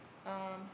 um